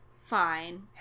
fine